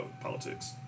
politics